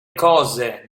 cose